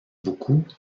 beaucoup